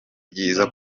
byiza